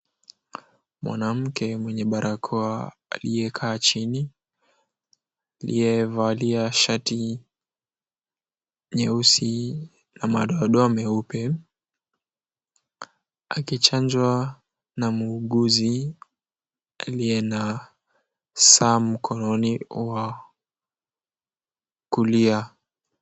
Mwanamke mwenye barakoa aliyekaa chini aliyevalia shati nyeusi na madoadoa meupe akichanjwa na mwuguzi aliye na saa mkononi wa kulia.